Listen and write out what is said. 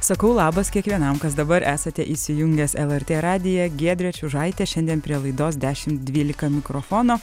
sakau labas kiekvienam kas dabar esate įsijungęs lrt radiją giedrė čiužaitė šiandien prie laidos dešimt dvylika mikrofono